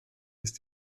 ist